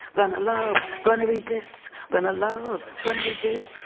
gonna love, gonna resist, gonna love, gonna resist,